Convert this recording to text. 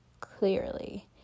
clearly